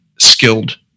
skilled